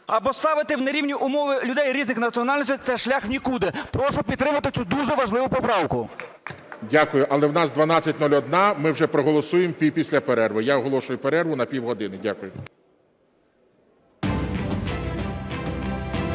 або ставити в нерівні умови людей різних національностей – це шлях в нікуди. Прошу підтримати цю дуже важливу поправку. ГОЛОВУЮЧИЙ. Дякую. Але в нас 12:01, ми вже проголосуємо після перерви. Я оголошую перерву на пів години. Дякую.